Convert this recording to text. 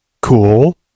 Cool